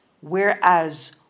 whereas